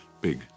big